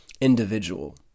individual